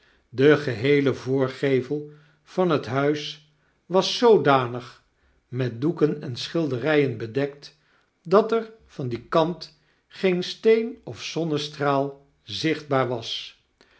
de geheele voorgevel van het huis was zoodanig met doeken en schilderyen bedekt dat er van dien kant geen steen of zonnestraal zichtbaar was